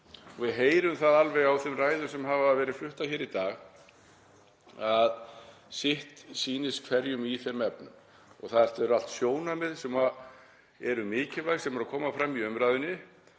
Við heyrum það alveg á þeim ræðum sem hafa verið fluttar hér í dag að sitt sýnist hverjum í þeim efnum. Þetta eru allt sjónarmið sem eru mikilvæg sem eru að koma fram í umræðunni